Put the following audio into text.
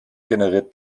generiert